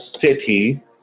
city